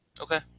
Okay